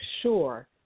sure